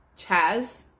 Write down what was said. Chaz